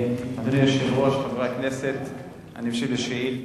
ביום ט"ז בתמוז התשס"ט (8 ביולי 2009): ב"ידיעות